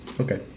okay